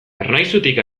ernaizutik